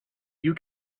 you